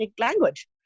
language